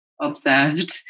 observed